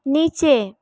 নিচে